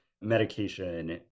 medication